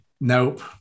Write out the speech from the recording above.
Nope